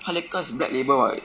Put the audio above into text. hard liquor is black label [what]